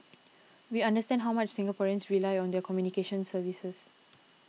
we understand how much Singaporeans rely on their communications services